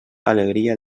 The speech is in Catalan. alegria